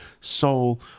soul